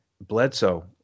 Bledsoe